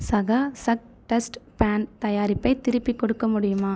சகா சக் dustpan தயாரிப்பை திருப்பிக் கொடுக்க முடியுமா